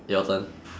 your turn